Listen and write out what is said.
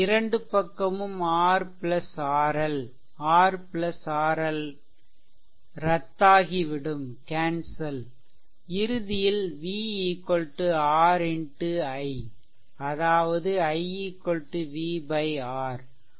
இரண்டு பக்கமும் RRL RRL ரத்தாகிவிடும் இறுதியில் v R X i அதாவது I v R